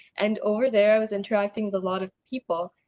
and over there i was interacting with a lot of people.